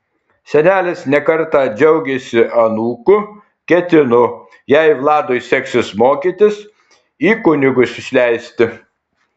senelis ne kartą džiaugėsi anūku ketino jei vladui seksis mokytis į kunigus išleisti